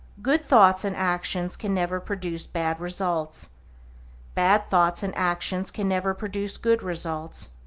good thoughts and actions can never produce bad results bad thoughts and actions can never produce good results.